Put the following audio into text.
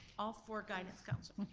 all four guidance counselors.